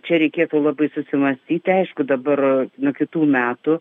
čia reikėtų labai susimąstyti aišku dabar nuo kitų metų